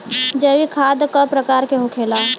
जैविक खाद का प्रकार के होखे ला?